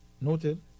Noted